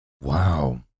Wow